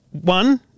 One